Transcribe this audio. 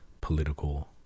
political